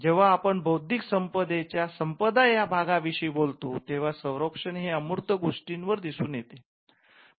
जेव्हा आपण बौद्धिक संपदेच्या संपदा या भागा विषयी बोलतो तेव्हा संरक्षण हे अमूर्त गोष्टींवर दिसून येते